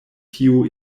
tiu